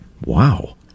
Wow